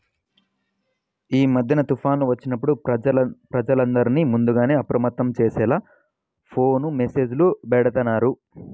యీ మద్దెన తుఫాన్లు వచ్చినప్పుడు ప్రజలందర్నీ ముందుగానే అప్రమత్తం చేసేలా ఫోను మెస్సేజులు బెడతన్నారు